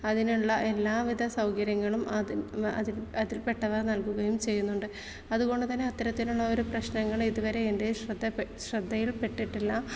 അതിനുള്ള എല്ലാ വിധ സൗകര്യങ്ങളും അതി അതിൽ അതിൽപ്പെട്ടവർ നൽകുകയും ചെയ്യുന്നുണ്ട് അതുകൊണ്ട് തന്നെ അത്തരത്തിലുള്ള ഒരു പ്രശ്നങ്ങളെ ഇതുവരെ എൻ്റെ ശ്രദ്ധ ശ്രദ്ധയിൽപ്പെട്ടിട്ടില്ല